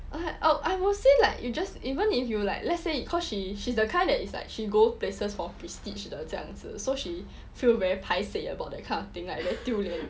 I will say like you just even if you like let's say cause she she's the kind that it's like she'd go places for prestige 的这样子 so she feel very paiseh about that kind of thing like very 丢脸